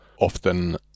Often